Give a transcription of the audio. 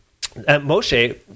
Moshe